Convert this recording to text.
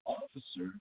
officer